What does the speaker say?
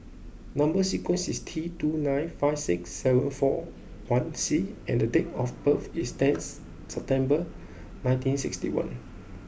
number sequence is T two nine five six seven four one C and date of birth is tenth September nineteen sixty one